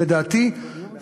לדעתי,